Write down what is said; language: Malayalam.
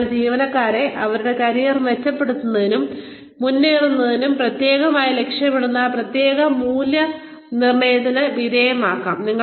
അതിനാൽ ജീവനക്കാരെ അവരുടെ കരിയർ മെച്ചപ്പെടുത്തുന്നതിനും അവരുടെ കരിയറിൽ മുന്നേറുന്നതിനും പ്രത്യേകമായി ലക്ഷ്യമിടുന്ന പ്രകടന മൂല്യനിർണ്ണയത്തിന് വിധേയമാക്കാം